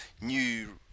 new